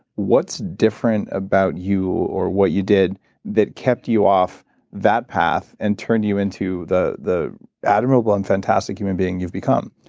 what's different about you or what you did that kept you off that path and turned into the the admirable and fantastic human being you've become?